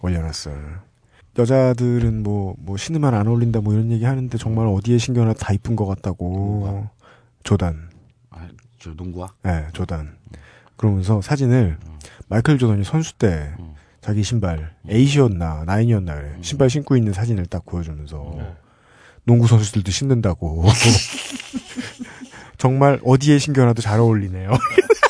올려놨어요. 여자들은 뭐, 뭐 신으면 안 어울린다 뭐 이런 얘기하는데 정말 어디에 신겨놔도 다 이쁜 것 같다고. 농구화? 조던. 아, 저 농구화? 네, 조던. 그러면서 사진을 마이클 조던이 선수 때 응. 자기 신발 응. 8이었나, 9이었나를 음. 신발 신고 있는 사진을 딱 보여주면서 네. 농구 선수들도 신는다고. 정말 어디에 신겨놔도 잘 어울리네요.